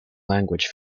language